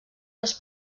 les